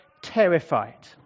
terrified